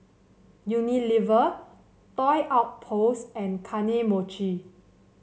Unilever Toy Outpost and Kane Mochi